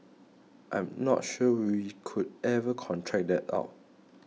I am not sure we could ever contract that out